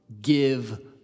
give